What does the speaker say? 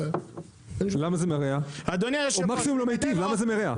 הוא מקסימום לא מיטיב, למה זה מרע?